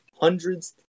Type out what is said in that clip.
Hundreds